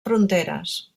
fronteres